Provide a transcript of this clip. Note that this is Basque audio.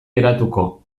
geratuko